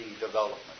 Development